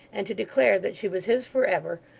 and to declare that she was his for ever,